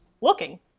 looking